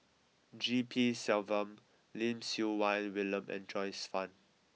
G P Selvam Lim Siew Wai William and Joyce Fan